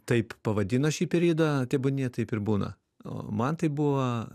taip pavadino šį periodą tebūnie taip ir būna o man tai buvo